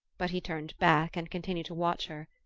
but he turned back and continued to watch her.